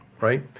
Right